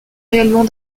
réellement